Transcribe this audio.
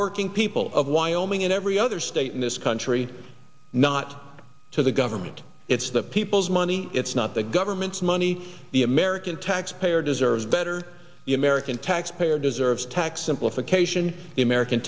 hardworking people of wyoming and every other state in this country not to the government it's the people's money it's not the government's money the american taxpayer deserves better the american taxpayer deserves tax simplification the american